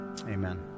Amen